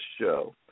show